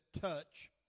touch